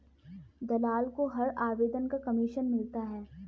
दलाल को हर आवेदन का कमीशन मिलता है